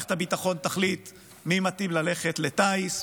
מערכת הביטחון תחליט מי מתאים ללכת לטיס,